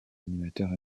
animateurs